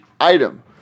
item